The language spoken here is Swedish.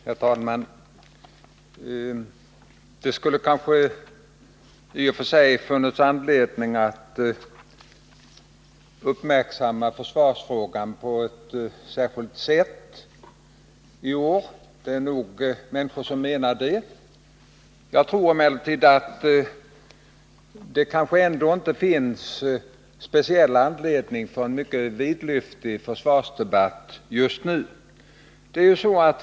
Herr talman! Det skulle kanske i och för sig ha funnits anledning att uppmärksamma försvarsfrågan på ett särskilt sätt i år — det finns nog de som menar det. Jag tror emellertid ändå att det inte finns speciell anledning till en mycket vidlyftig försvarsdebatt just nu.